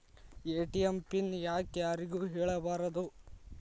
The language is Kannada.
ಎ.ಟಿ.ಎಂ ಪಿನ್ ಯಾಕ್ ಯಾರಿಗೂ ಹೇಳಬಾರದು?